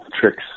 tricks